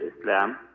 Islam